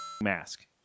mask